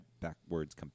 backwards